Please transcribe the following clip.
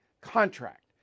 contract